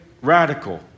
radical